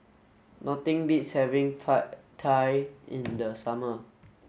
nothing beats having Pad Thai in the summer